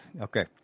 okay